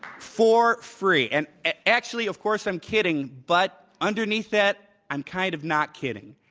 for free. and actually, of course, i'm kidding, but underneath that, i'm kind of not kidding.